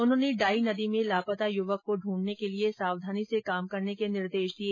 उन्होंने डाई नदी में लापता युवक को ढूंढने के लिए सावधानी से काम करने के निर्देश दिए